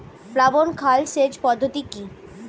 প্লাবন খাল সেচ পদ্ধতি কি?